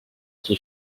qui